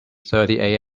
thirty